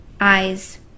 eyes